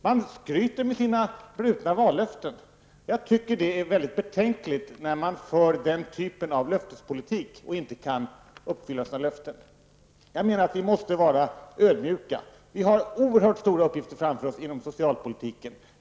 Man skryter med sina brutna vallöften. Jag tycker att det är väldigt betänkligt när man för den typen av löftespolitik och inte kan uppfylla sina löften. Jag menar att vi måste vara ödmjuka. Vi har oerhört stora uppgifter framför oss inom socialpolitiken.